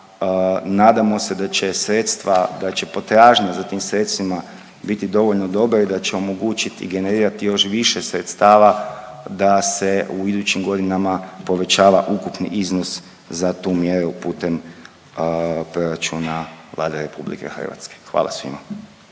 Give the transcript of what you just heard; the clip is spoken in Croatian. sredstva, da će potražnja za tim sredstvima biti dovoljno dobra i da će omogućiti i generirati još više sredstava da se u idućim godinama povećava ukupni iznos za tu mjeru putem proračuna Vlade RH. Hvala svima.